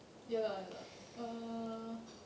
ya lah ya lah err